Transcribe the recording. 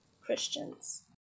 Christians